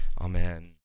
Amen